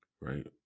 Right